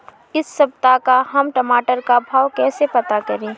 इस सप्ताह का हम टमाटर का भाव कैसे पता करें?